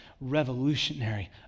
revolutionary